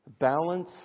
Balance